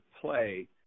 play